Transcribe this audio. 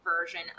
version